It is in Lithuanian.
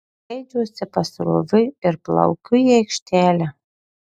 leidžiuosi pasroviui ir plaukiu į aikštelę